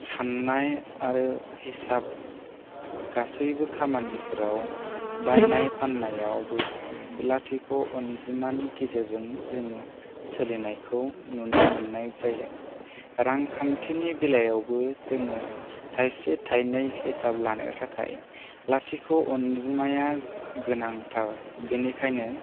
सान्नाय आरो हिसाब गासैबो खामानिफोराव बायनाय फान्नायावबो लाथिख' अनजिमानि गेजेरजों जोङो सोलिनायखौ नुनो मोन्नाय जायो रांखान्थिनि बेलायावबो जोङो थाइसे थाइनै हिसाब लानो थाखाय लाथिख' अनजिमाया गोनांथार बेनिखायनो